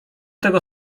tego